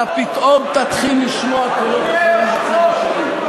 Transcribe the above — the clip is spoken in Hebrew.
אתה פתאום תתחיל לשמוע קולות אחרים בצד השני.